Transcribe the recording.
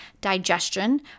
digestion